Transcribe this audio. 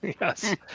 Yes